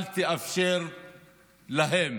אל תאפשר להם